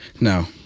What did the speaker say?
No